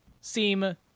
seem